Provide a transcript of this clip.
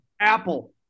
apple